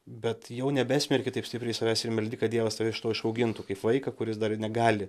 bet jau nebesmerki taip stipriai savęs ir meldi kad dievas tave iš to išaugintų kaip vaiką kuris dar negali